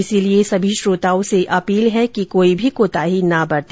इसलिए सभी श्रोताओं से अपील है कि कोई भी कोताही न बरते